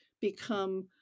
become